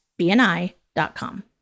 BNI.com